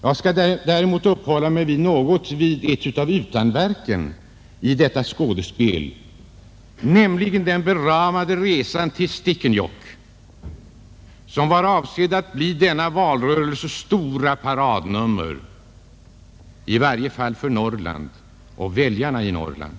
Jag skall däremot uppehålla mig något vid ett av utanverken i detta skådespel, nämligen den beramade resan till Stekenjokk, som var avsedd att bli denna valrörelses stora paradnummer =— i varje fall för Norrland och väljarna i Norrland.